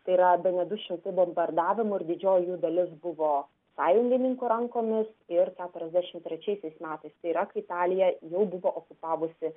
tai yra bene du šimtai bombardavimų ir didžioji jų dalis buvo sąjungininkų rankomis ir keturiasdešimt trečiaisiais metais tai yra kai italiją jau buvo okupavusi